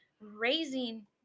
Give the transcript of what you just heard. raising